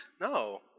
No